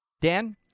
Dan